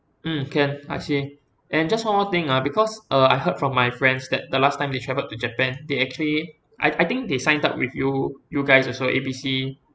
mm can I see and just one more thing ah because uh I heard from my friends that the last time they travelled to japan they actually I I think they signed up with you you guys also A B C